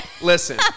listen